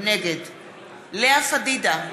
נגד לאה פדידה,